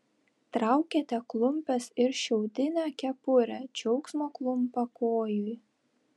traukiate klumpes ir šiaudinę kepurę džiaugsmo klumpakojui